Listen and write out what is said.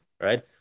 Right